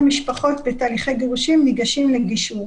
משפחות בתהליכי גירושין ניגשות לגישור.